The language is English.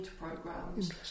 programs